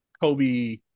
Kobe